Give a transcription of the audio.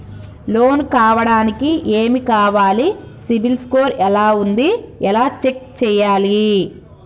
Loan కావడానికి ఏమి కావాలి సిబిల్ స్కోర్ ఎలా ఉంది ఎలా చెక్ చేయాలి?